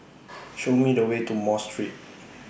Show Me The Way to Mosque Street